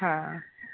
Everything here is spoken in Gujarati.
હા હા